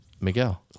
Miguel